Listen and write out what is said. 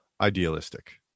idealistic